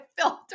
filter